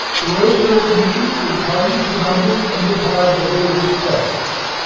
the words of your commission will tie you to the numbers and the time of their dispatch.